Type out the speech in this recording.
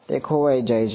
તે ખોવાઈ જાય છે